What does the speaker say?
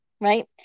right